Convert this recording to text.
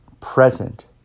present